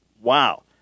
Wow